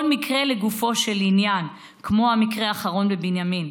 וכל מקרה לגופו, כמו המקרה האחרון בבנימין,